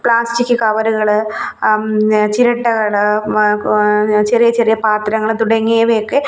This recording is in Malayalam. പ്ലാസ്റ്റിക് കവറുകള് ചിരട്ടകള് ചെറിയ ചെറിയ പാത്രങ്ങള് തുടങ്ങിയവയൊക്കെ